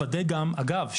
אגב,